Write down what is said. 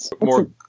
More